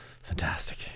Fantastic